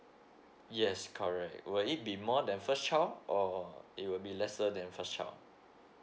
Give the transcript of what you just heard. yes correct were it be more than first child or it will be lesser than first child